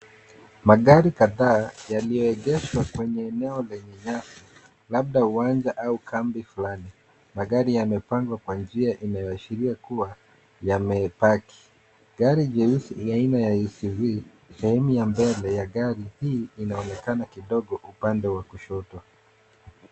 Magari kadhaa yaliyoegeshwa kwenye eneo lenye nyasi labda uwanja au kambi fulani. Magari yamepangwa kwa njia inayoashiria kuwa yamepaki. Gari jeusi aina ya SUV, sehemu ya mbele ya gari hii inaonekana kidogo upande wa kushoto.